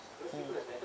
mm